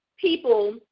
people